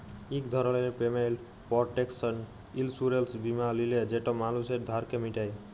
ইক ধরলের payment protection insurance বীমা লিলে যেট মালুসের ধারকে মিটায়